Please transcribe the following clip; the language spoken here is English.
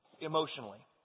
emotionally